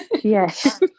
Yes